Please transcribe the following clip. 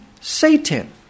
Satan